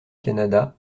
canada